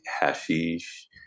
hashish